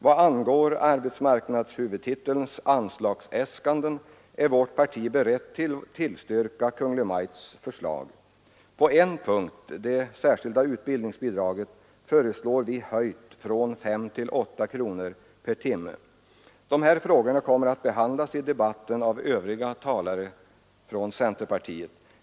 Vad angår arbetsmarknadshuvudtitelns anslagsäskanden är vårt parti berett tillstyrka Kungl. Maj:ts förslag. På en punkt, det särskilda utbildningsbidraget, föreslår vi en höjning från 5 till 8 kronor per timme. Dessa frågor kommer att behandlas i debatten av andra talare från centerpartiet.